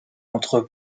entre